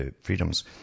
freedoms